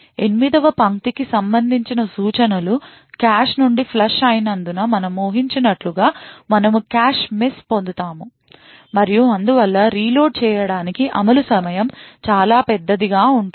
8 వ పంక్తికి సంబంధించిన సూచనలు కాష్ నుండి ఫ్లష్ అయినందున మనము ఉహించినట్లుగా మనము కాష్ మిస్ను పొందుతాము మరియు అందువల్ల రీలోడ్ చేయడానికి అమలు సమయం చాలా పెద్దదిగా ఉంటుంది